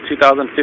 2015